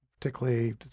particularly